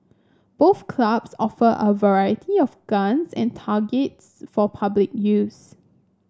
both clubs offer a variety of guns and targets for public use